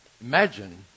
Imagine